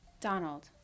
Donald